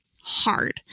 hard